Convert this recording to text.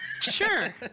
Sure